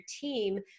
team